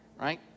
right